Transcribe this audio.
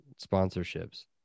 sponsorships